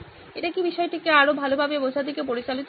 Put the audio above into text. এটি কি বিষয়টিকে আরও ভালভাবে বোঝার দিকে পরিচালিত করছে